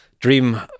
dream